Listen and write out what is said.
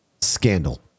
scandal